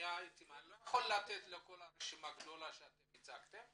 אני לא אתן לכל הרשימה הגדולה שהצגתם,